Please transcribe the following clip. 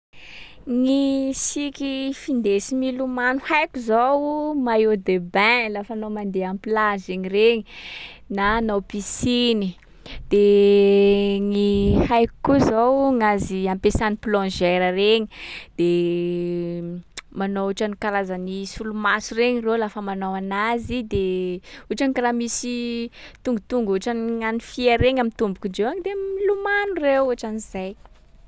Gny siky findesy milomano haiko zao: maillot de bain lafa anao mande am'plage egny regny na anao pisciny. De gny haiko koa zao gnazy ampesan’ny plongeur regny. De manao ohatran’ny karazan’ny solomaso regny ro lafa manao anazy. De ohatriny karaha misy tongotongo ohatran’gnan'ny fia regny am'tombokindreo de milomano reo. Ohatran’zay.